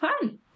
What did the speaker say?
fun